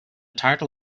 title